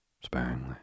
sparingly